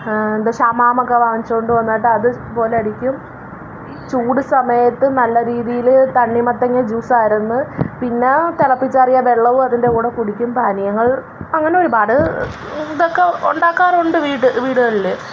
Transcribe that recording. ശമാമൊക്കെ വാങ്ങിക്കൊണ്ടുവന്നിട്ട് അത് ഇത്പോലെ അടിക്കും ചൂട് സമയത്ത് നല്ല രീതിയില് തണ്ണിമത്തങ്ങ ജ്യൂസായിരുന്ന് പിന്നേ തിളപ്പിച്ച് ആറിയ വെള്ളവും അതിൻ്റെ കൂടെ കുടിക്കും കാര്യമായിട്ട് അങ്ങനെ ഒരുപാട് ഇതൊക്കെ ഉണ്ടാക്കാറുണ്ട് വീട് വീടുകളില്